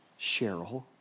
Cheryl